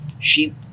sheep